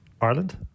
Ireland